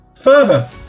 Further